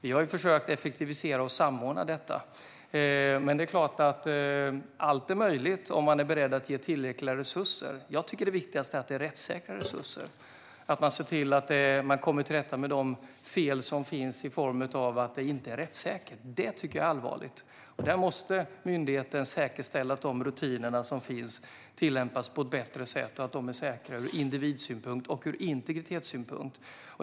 Vi har försökt effektivisera och samordna detta. Men det är klart att allt är möjligt om man är beredd att ge tillräckliga resurser. Jag tycker att det viktigaste är att det är rättssäkra resurser och att man ser till att man kommer till rätta med de fel som finns i form av att det inte är rättssäkert. Det tycker jag är allvarligt. Där måste myndigheten säkerställa att de rutiner som finns tillämpas på ett bättre sätt och att de är säkrare ur individsynpunkt och ur integritetssynpunkt.